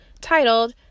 titled